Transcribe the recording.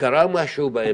קרה משהו באמצע.